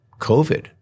COVID